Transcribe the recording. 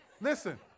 listen